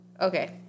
Okay